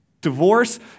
divorce